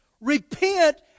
Repent